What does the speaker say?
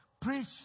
preach